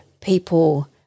people